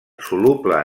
soluble